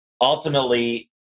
ultimately